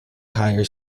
higher